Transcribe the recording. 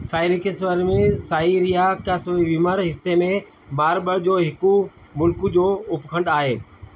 साइरियाक्सवीमर साइरियाक्सवीमर हिसे में मारबर्ग जो हिकु मुल्क जो उपखंड आहे